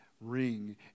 ring